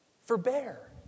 Forbear